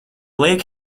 lake